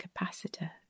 Capacitor